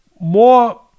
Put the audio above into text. More